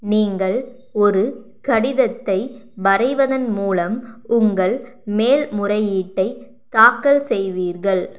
நீங்கள் ஒரு கடிதத்தை வரைவதன் மூலம் உங்கள் மேல்முறையீட்டை தாக்கல் செய்வீர்கள்